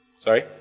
Sorry